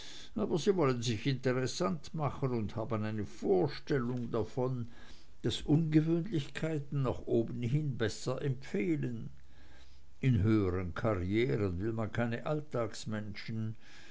aber sie wollen sich interessant machen und haben eine vorstellung davon daß ungewöhnlichkeiten nach oben hin besser empfehlen in höheren karrieren will man keine